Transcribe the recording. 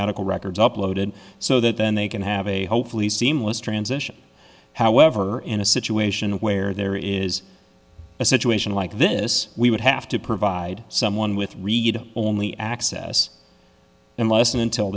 medical records uploaded so that then they can have a hopefully seamless transition however in a situation where there is a situation like this we would have to provide someone with read only access unless and until